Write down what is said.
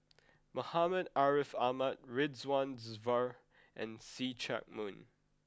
Muhammad Ariff Ahmad Ridzwan Dzafir and See Chak Mun